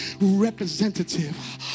representative